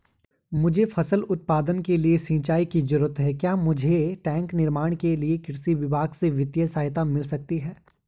मुझे फसल के उत्पादन के लिए सिंचाई की जरूरत है क्या मुझे टैंक निर्माण के लिए कृषि विभाग से वित्तीय सहायता मिल सकती है?